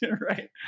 right